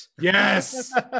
Yes